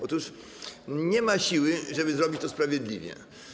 Otóż nie ma siły, żeby zrobić to sprawiedliwie.